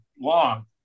long